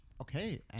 Okay